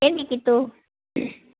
ಏನು ಬೇಕಿತ್ತು